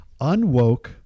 unwoke